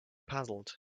puzzled